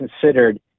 considered